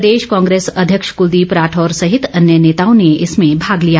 प्रदेश कांग्रेस अध्यक्ष कुलदीप राठौर सहित अन्य नेताओं ने इसमें भाग लिया